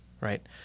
right